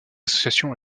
association